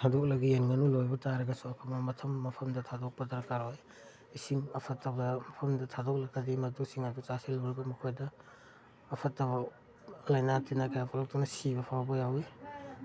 ꯊꯥꯗꯣꯛꯂꯒ ꯌꯦꯟ ꯉꯥꯅꯨ ꯂꯣꯏꯕ ꯇꯥꯔꯒꯁꯨ ꯑꯐꯕ ꯃꯐꯝꯗ ꯊꯥꯗꯣꯛꯄ ꯗꯔꯀꯥꯔ ꯑꯣꯏ ꯏꯁꯤꯡ ꯑꯐꯠꯇꯕ ꯃꯐꯝꯗ ꯊꯥꯗꯣꯛꯂꯒꯗꯤ ꯃꯗꯨꯁꯤꯡ ꯑꯗꯨ ꯆꯥꯁꯤꯜꯂꯨꯔꯒ ꯃꯈꯣꯏꯗ ꯑꯐꯠꯇꯕ ꯂꯥꯏꯅꯥ ꯇꯤꯟꯅ ꯀꯌꯥ ꯄꯣꯛꯂꯛꯇꯨꯅ ꯁꯤꯕ ꯐꯥꯎꯕ ꯌꯥꯎꯋꯤ